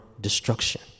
Destruction